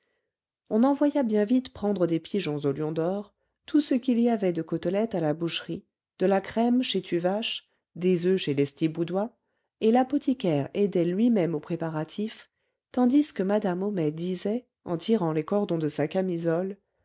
on envoya bien vite prendre des pigeons au lion d'or tout ce qu'il y avait de côtelettes à la boucherie de la crème chez tuvache des oeufs chez lestiboudois et l'apothicaire aidait luimême aux préparatifs tandis que madame homais disait en tirant les cordons de sa camisole